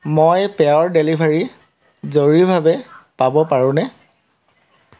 মই পেয়ৰ ডেলিভাৰী জৰুৰীভাৱে পাব পাৰোঁনে